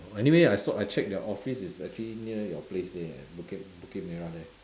anyway I saw I check their office is actually near your place there eh at bukit bukit-merah there